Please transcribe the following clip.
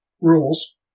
rules